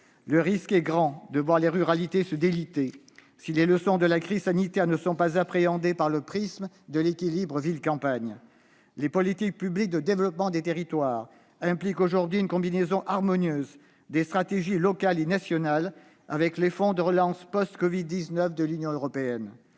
Le risque est grand de voir les ruralités se déliter si les leçons de la crise sanitaire ne sont pas appréhendées à travers le prisme de l'équilibre ville-campagne. Les politiques publiques de développement des territoires impliquent aujourd'hui une combinaison harmonieuse des stratégies locales et nationales, avec les fonds de relance post-covid-19 de l'Union européenne.